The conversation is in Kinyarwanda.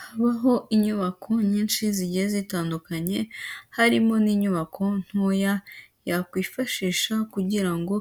Habaho inyubako nyinshi zigiye zitandukanye, harimo n'inyubako ntoya yakwifashishwa kugira ngo